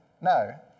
no